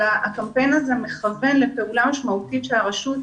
אלא הקמפיין מכוון לפעולה משמעותית שהרשות,